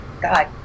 god